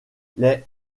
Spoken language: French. les